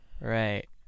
Right